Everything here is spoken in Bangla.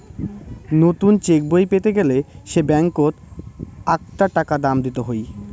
নতুন চেকবই পেতে গেলে সে ব্যাঙ্কত আকটা টাকা দাম দিত হই